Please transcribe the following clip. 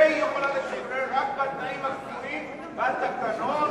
והיא יכולה לשחרר רק בתנאים הקבועים בתקנון,